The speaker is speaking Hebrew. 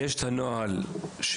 יש נוהל חדש,